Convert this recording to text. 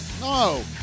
No